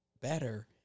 better